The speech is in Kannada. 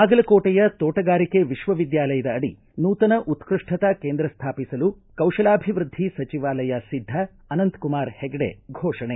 ಬಾಗಲಕೋಟೆಯ ತೋಟಗಾರಿಕೆ ವಿಶ್ವವಿದ್ಯಾಲಯದ ಅಡಿ ನೂತನ ಉತ್ತಷ್ಟತಾ ಕೇಂದ್ರ ಸ್ಥಾಪಿಸಲು ಕೌಶಲಾಭಿವೃದ್ದಿ ಸಚಿವಾಲಯ ಸಿದ್ದ ಅನಂತಕುಮಾರ ಹೆಗಡೆ ಘೋಷಣೆ